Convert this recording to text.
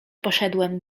poszedłem